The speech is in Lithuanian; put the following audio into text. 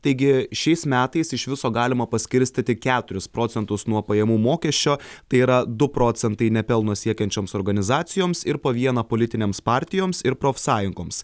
taigi šiais metais iš viso galima paskirstyti keturis procentus nuo pajamų mokesčio tai yra du procentai ne pelno siekiančioms organizacijoms ir po vieną politinėms partijoms ir profsąjungoms